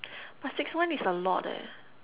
but six months is a lot leh